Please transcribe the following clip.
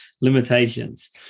limitations